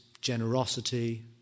generosity